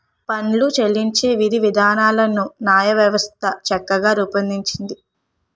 పన్నులు చెల్లించే విధివిధానాలను న్యాయవ్యవస్థ చక్కగా రూపొందించింది